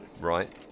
Right